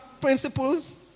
principles